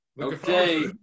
Okay